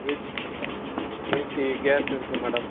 breath ப்ரீத்தி case இருக்குது madam